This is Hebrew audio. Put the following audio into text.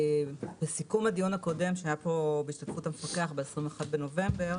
בסיכום הדיון הקודם שהיה פה בנוכחות המפקח ב-21 בנובמבר